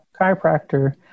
chiropractor